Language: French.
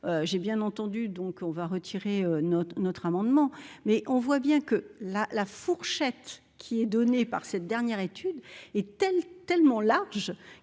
j'ai bien entendu, donc on va retirer notre notre amendement mais on voit bien que la la fourchette qui est donnée par cette dernière étude est telle tellement large